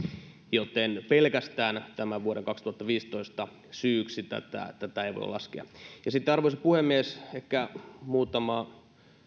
eli pelkästään vuoden kaksituhattaviisitoista syyksi tätä tätä ei voi laskea sitten arvoisa puhemies ehkä muutama